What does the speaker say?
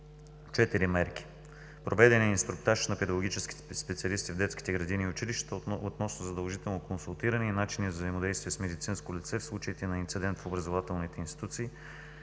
четири мерки: проведен е инструктаж на педагогическите специалисти в детските градини и училищата относно задължително консултиране и начини за взаимодействие с медицинско лице в случаите на инцидент в образователните институции;